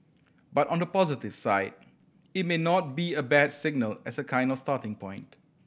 but on the positive side it may not be a bad signal as a kind of starting point